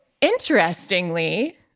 interestingly